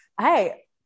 Hey